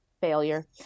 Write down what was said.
failure